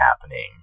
happening